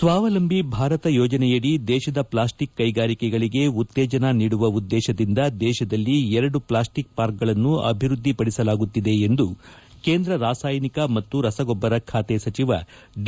ಸ್ವಾವಲಂಬಿ ಭಾರತ ಯೋಜನೆಯಡಿ ದೇಶದ ಪ್ಲಾಸ್ಟಿಕ್ ಕೈಗಾರಿಕೆಗಳಗೆ ಉತ್ತೇಜನ ನೀಡುವ ಉದ್ದೇಶದಿಂದ ದೇಶದಲ್ಲಿ ಎರಡು ಪ್ಲಾಸ್ಟಿಕ್ ಪಾರ್ಕ್ಗಳನ್ನು ಅಭಿವೃದ್ಧಿಪಡಿಸಲಾಗುತ್ತಿದೆ ಎಂದು ಕೇಂದ್ರ ರಾಸಾಯನಿಕ ಮತ್ತು ರಸಗೊಬ್ಬರ ಖಾತೆ ಸಚಿವ ಡಿ